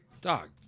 Dog